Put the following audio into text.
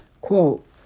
Quote